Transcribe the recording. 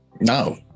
no